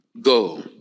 go